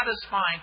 satisfying